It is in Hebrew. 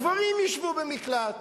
הגברים ישבו במקלט,